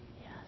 Yes